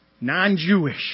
non-Jewish